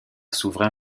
souverain